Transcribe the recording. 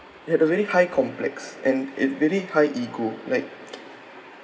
they had a very high complex and have very high ego like